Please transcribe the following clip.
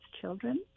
children